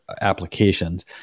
applications